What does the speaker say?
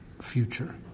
future